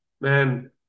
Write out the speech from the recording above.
man